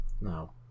no